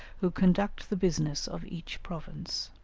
who conduct the business of each province.